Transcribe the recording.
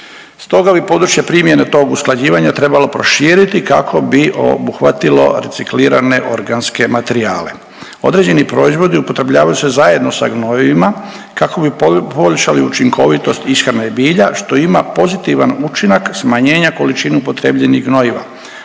Stoga bi područje primjene tog usklađivanja trebalo proširiti kako bi obuhvatilo reciklirane organske materijale. Određeni proizvodi upotrebljavaju se zajedno sa gnojivima kako bi poboljšali učinkovitost ishrane bilja, što ima pozitivan učinak smanjenja količine upotrjebljenih gnojiva,